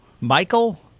Michael